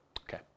Okay